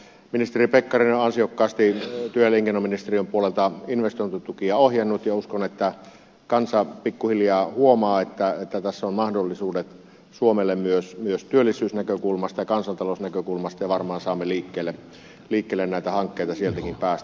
ministeri pekkarinen on ansiokkaasti työ ja elinkeinoministeriön puolelta investointitukia ohjannut ja uskon että kansa pikkuhiljaa huomaa että tässä on mahdollisuudet suomelle myös työllisyysnäkökulmasta ja kansantalousnäkökulmasta ja varmaan saamme liikkeelle näitä hankkeita sieltäkin päästä